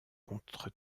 contre